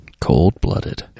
Cold-blooded